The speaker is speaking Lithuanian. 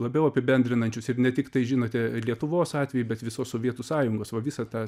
labiau apibendrinančius ir ne tiktai žinote lietuvos atveju bet visos sovietų sąjungos va visą tą